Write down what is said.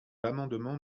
l’amendement